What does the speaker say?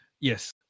Yes